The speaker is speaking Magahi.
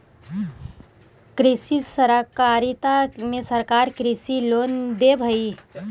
कृषि सहकारिता में सरकार कृषि लोन भी देब हई